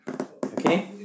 Okay